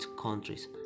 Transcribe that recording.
countries